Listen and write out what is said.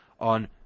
on